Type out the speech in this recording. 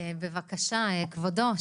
בבקשה כבודו,